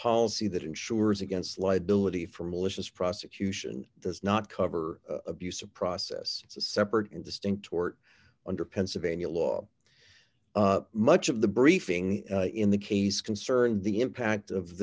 policy that insures against liability for malicious prosecution does not cover abuse of process is a separate and distinct tort under pennsylvania law much of the briefing in the case concerned the impact of